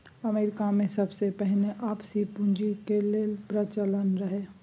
अमरीकामे सबसँ पहिने आपसी पुंजीक प्रचलन रहय